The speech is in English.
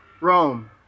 Rome